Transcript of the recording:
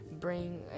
Bring